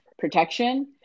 protection